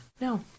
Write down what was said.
No